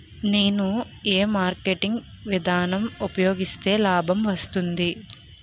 నేను ఏ మార్కెటింగ్ విధానం ఉపయోగిస్తే లాభం వస్తుంది?